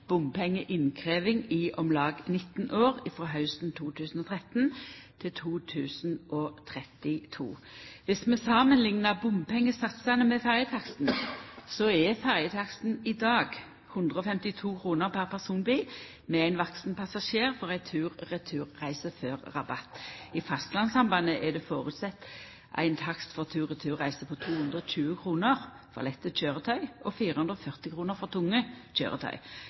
i om lag 19 år, frå hausten 2013 til 2032. Dersom vi samanliknar bompengesatsane med ferjetaksten, er ferjetaksten i dag 152 kr per personbil med ein vaksen passasjer for ei tur-retur-reise, før rabatt. I fastlandssambandet er det føresett ein takst for tur-retur-reise på 220 kr for lette køyretøy og 440 kr for tunge